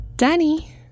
Danny